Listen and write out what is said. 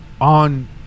on